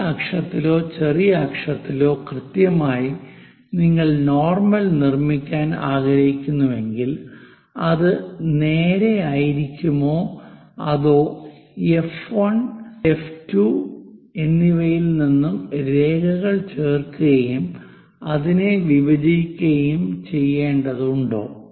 വലിയ അക്ഷത്തിലോ ചെറിയ അക്ഷത്തിലോ കൃത്യമായി നിങ്ങൾ നോർമൽ നിർമ്മിക്കാൻ ആഗ്രഹിക്കുന്നുവെങ്കിൽ ഇത് നേരെയായിരിക്കുമോ അതോ എഫ് 1 എഫ് 2 F1 F2 എന്നിവയിൽ നിന്നും രേഖകൾ ചേർക്കുകയും അതിനെ വിഭജിക്കുകയും ചെയ്യേണ്ടതുണ്ടോ